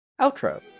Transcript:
outro